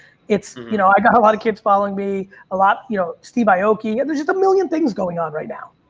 it's, you know, i got a lot of kids following me a lot you know, steve aoki and there's just a million things going on right now.